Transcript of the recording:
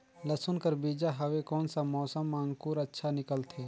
लसुन कर बीजा हवे कोन सा मौसम मां अंकुर अच्छा निकलथे?